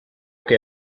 que